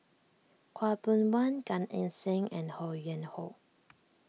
Khaw Boon Wan Gan Eng Seng and Ho Yuen Hoe